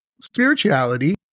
spirituality